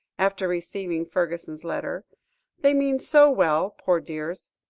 after receiving fergusson's letter they mean so well, poor dears,